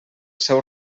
seu